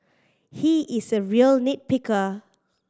he is a real nit picker